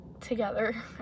together